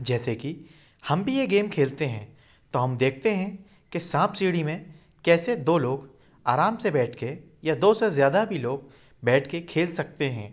जैसे कि हम भी ये गेम खेलते हैं तो हम देखते हैं कि सांप सीढ़ी में कैसे दो लोग आराम से बैठ के या दो से ज़्यादा भी लाेग बैठ के खेल सकते हैं